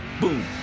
boom